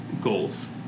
goals